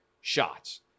shots